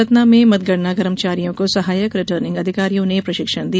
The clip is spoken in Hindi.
सतना में मतगणना कर्मचारियों को सहायक रिटर्निंग अधिकारियों ने प्रशिक्षण दिया